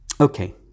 okay